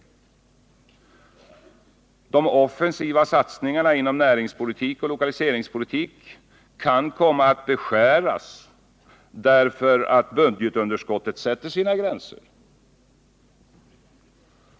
n De offensiva satsningarna inom näringspolitik och lokaliseringspolitik kan komma att beskäras, därför att budgetunderskottet sätter sina gränser.